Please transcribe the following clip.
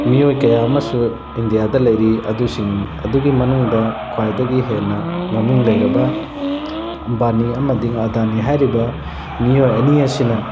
ꯃꯤꯑꯣꯏ ꯀꯌꯥ ꯑꯃꯁꯨ ꯏꯟꯗꯤꯌꯥꯗ ꯂꯩꯔꯤ ꯑꯗꯨꯁꯤꯡ ꯑꯗꯨꯒꯤ ꯃꯅꯨꯡꯗ ꯈ꯭ꯋꯥꯏꯗꯒꯤ ꯍꯦꯟꯅ ꯃꯃꯤꯡ ꯂꯩꯔꯕ ꯑꯝꯕꯥꯅꯤ ꯑꯃꯗꯤ ꯑꯥꯗꯥꯅꯤ ꯍꯥꯏꯔꯤꯕ ꯃꯤꯑꯣꯏ ꯑꯅꯤ ꯑꯁꯤꯅ